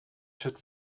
should